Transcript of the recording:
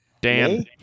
Dan